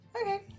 Okay